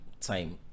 time